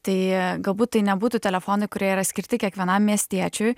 tai galbūt tai nebūtų telefonai kurie yra skirti kiekvienam miestiečiui